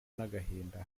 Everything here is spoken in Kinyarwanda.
n’agahinda